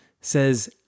says